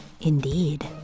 indeed